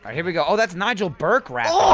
ah here we go oh, that's nigel burke rapping!